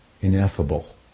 ineffable